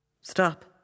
Stop